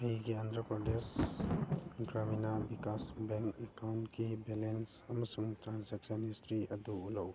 ꯑꯩꯒꯤ ꯑꯟꯗ꯭ꯔ ꯄ꯭ꯔꯗꯦꯁ ꯒ꯭ꯔꯥꯃꯤꯅꯥ ꯕꯤꯀꯥꯁ ꯕꯦꯡ ꯑꯦꯀꯥꯎꯟꯒꯤ ꯕꯦꯂꯦꯟꯁ ꯑꯃꯁꯨꯡ ꯇ꯭ꯔꯥꯟꯖꯦꯛꯁꯟ ꯍꯤꯁꯇ꯭ꯔꯤ ꯑꯗꯨ ꯎꯠꯂꯛꯎ